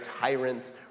tyrants